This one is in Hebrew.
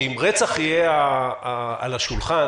שאם רצח יהיה על השולחן